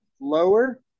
lower